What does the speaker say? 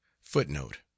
footnote